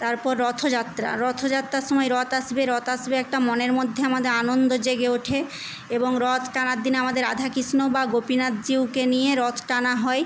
তারপর রথযাত্রা রথযাত্রার সময় রথ আসবে রথ আসবে একটা মনের মধ্যে আমাদের আনন্দ জেগে ওঠে এবং রথ টানার দিনে আমাদের রাধা কৃষ্ণ বা গোপীনাথজিউকে নিয়ে রথ টানা হয়